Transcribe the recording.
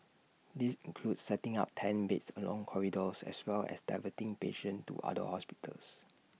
these include setting up tent beds along corridors as well as diverting patients to other hospitals